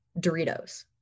Doritos